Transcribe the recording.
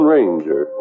Ranger